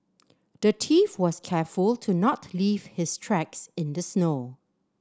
the thief was careful to not leave his tracks in the snow